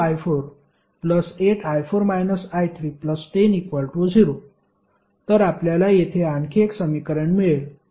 2i48i4 i3100 तर आपल्याला येथे आणखी एक समीकरण मिळेल